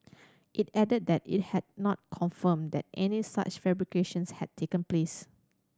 it added that it had not confirmed that any such fabrications had taken place